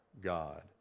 God